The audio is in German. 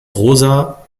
rosa